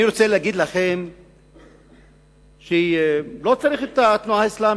אני רוצה להגיד לכם שלא צריך את התנועה האסלאמית,